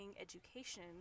education